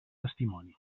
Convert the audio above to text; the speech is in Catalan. testimoni